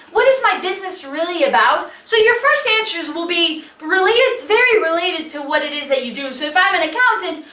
what is my business really about so your first answers will be, really it s very related to what it is that you do so if i m and accountant,